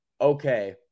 okay